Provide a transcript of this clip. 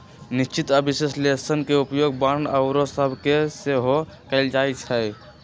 निश्चित आऽ विश्लेषण के उपयोग बांड आउरो सभ में सेहो कएल जाइ छइ